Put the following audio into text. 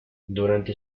durante